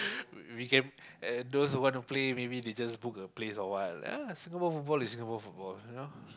we we can those who wanna play maybe they just book a place or what you know Singapore football is just Singapore football you know